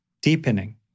deepening